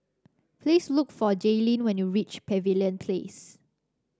please look for Jalyn when you reach Pavilion Place